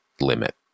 limit